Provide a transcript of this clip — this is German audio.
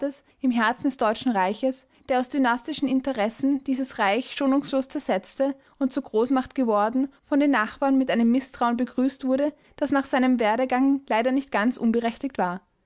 im herzen des deutschen reiches der aus dynastischen interessen dieses reich schonungslos zersetzte und zur großmacht geworden von den nachbarn mit einem mißtrauen begrüßt wurde das nach seinem werdegang leider nicht ganz unberechtigt war